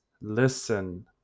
listen